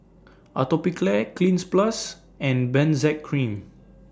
Atopiclair Cleanz Plus and Benzac Cream